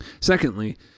Secondly